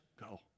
go